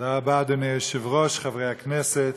תודה רבה, אדוני היושב-ראש, חברי הכנסת.